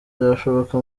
byashoboka